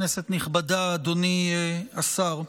כנסת נכבדה, אדוני השר,